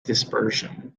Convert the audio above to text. dispersion